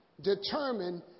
determine